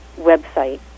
website